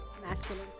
Masculine